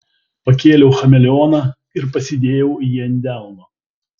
pakėliau chameleoną ir pasidėjau jį ant delno